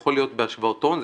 יכול להיות בהשוואות הון,